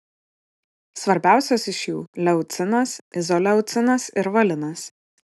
svarbiausios iš jų leucinas izoleucinas ir valinas